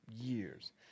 years